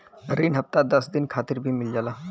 रिन हफ्ता दस दिन खातिर भी मिल जाला